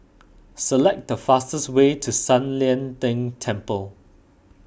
select the fastest way to San Lian Deng Temple